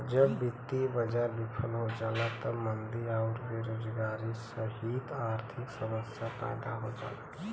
जब वित्तीय बाजार विफल हो जाला तब मंदी आउर बेरोजगारी सहित आर्थिक समस्या पैदा हो जाला